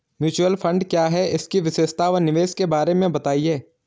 Mutual fund क्या है इसकी विशेषता व निवेश के बारे में बताइये?